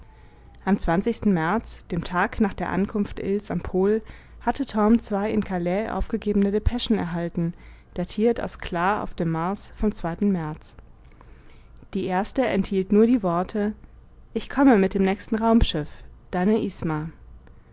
am märz dem tag nach der ankunft ills am pol hatte torm zwei in calais aufgegebene depeschen erhalten datiert aus kla auf dem mars vom märz die erste enthielt nur die worte ich komme mit dem nächsten raumschiff